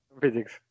physics